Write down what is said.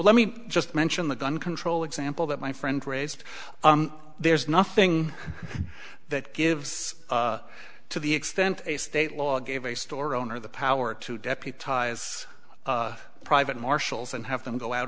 let me just mention the gun control example that my friend raised there's nothing that gives to the extent a state law gave a store owner the power to deputize private marshals and have them go out